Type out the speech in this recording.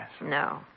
No